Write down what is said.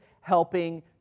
Helping